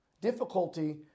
Difficulty